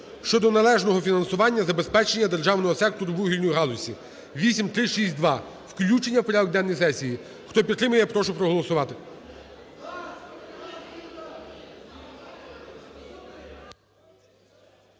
щодо належного фінансового забезпечення державного сектору вугільної галузі (8362). Включення в порядок денний сесії. Хто підтримує, я прошу проголосувати.